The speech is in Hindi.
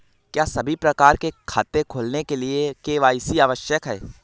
क्या सभी प्रकार के खाते खोलने के लिए के.वाई.सी आवश्यक है?